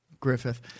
Griffith